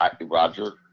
Roger